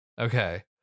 okay